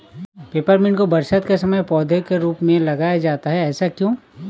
Peppermint को बरसात के समय पौधे के रूप में लगाया जाता है ऐसा क्यो?